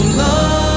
love